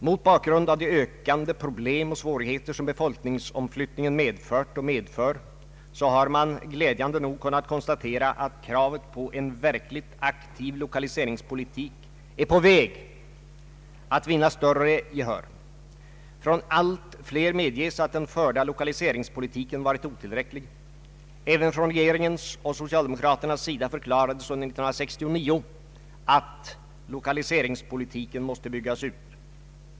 Mot bakgrund av de ökande problem och svårigheter som befolkningsomflyttningen medfört och medför har man glädjande nog kunnat konstatera att kravet på en verkligt aktiv lokaliseringspolitik är på väg att vinna större gehör. Av allt fler medges att den förda lokaliseringspolitiken varit otillräcklig. Även från regeringens och socialdemokraternas sida förklarades 1969 att 1lokaliseringspolitiken måste byggas ut.